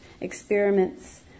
experiments